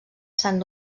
sant